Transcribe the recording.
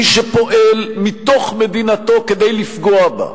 מי שפועל מתוך מדינתו כדי לפגוע בה,